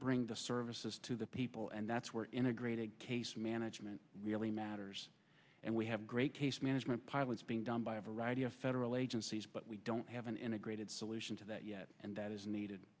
bring the services to the people and that's where integrated case management really matters and we have great case management pilots being done by a variety of federal agencies but we don't have an integrated solution to that yet and that is needed